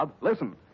listen